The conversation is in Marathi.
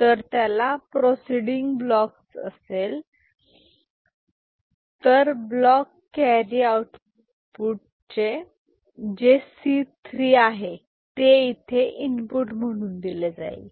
तर त्याला प्रोसिडिंग ब्लॉक असेल तर ब्लॉक कॅरी आउटपुट जे C3 आहे येथे इनपुट म्हणून दिले जाईल